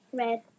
red